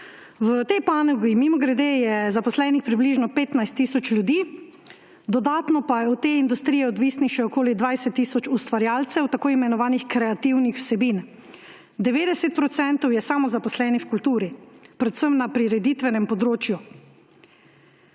V tej panogi, mimogrede, je zaposlenih približno 15 tisoč ljudi, dodatno pa je od te industrije odvisno še okoli 20 tisoč ustvarjalcev tako imenovanih kreativnih vsebin. 90 procentov je samozaposlenih v kulturi, predvsem na prireditvenem področju,